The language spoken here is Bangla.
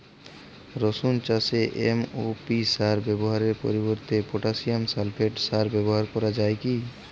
রসুন চাষে এম.ও.পি সার ব্যবহারের পরিবর্তে পটাসিয়াম সালফেট সার ব্যাবহার করা যায় কি?